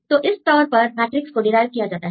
तो इस तौर पर मैट्रिक्स को डिराईव किया जाता है